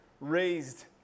raised